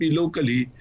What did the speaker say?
locally